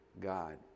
god